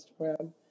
Instagram